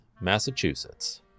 Massachusetts